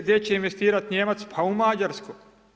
Gdje će investirati Nijemac, pa u Mađarskoj.